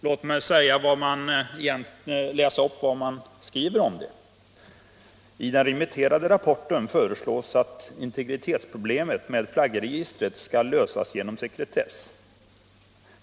Låt mig läsa upp vad datainspektionen skriver om det: ”I den remitterade rapporten föreslås att integritetsproblemet med flaggregistret skall lösas genom sekretess.